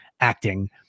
acting